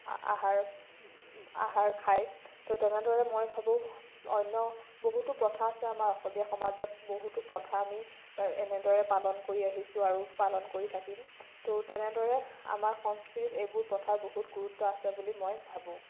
আহাৰ আহাৰ খায় ত তেনেদৰে মই ভাবো অন্য বহুতো প্ৰথা আছে আমাৰ অসমীয়া সমাজত বহুতো প্ৰথা আমি এনেদৰে পালন কৰি আহিছোঁ আৰু পালন কৰি থাকিম ত তেনেদৰে আমাৰ সংস্কৃতিত এইবোৰ প্ৰথাৰ বহুত গুৰুত্ব আছে বুলি মই ভাবো